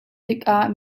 tikah